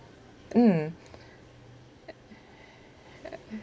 mm